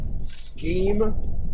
scheme